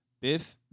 Biff